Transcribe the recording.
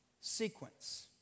sequence